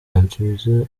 ansubiza